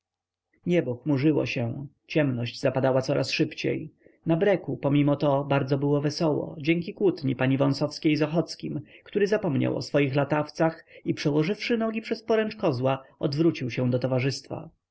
niebo chmurzyło się ciemność zapadała coraz szybciej na breku pomimo to było bardzo wesoło dzięki kłótni pani wąsowskiej z ochockim który zapomniał o swoich latawcach i przełożywszy nogi przez poręcz kozła odwrócił się do towarzystwa